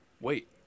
wait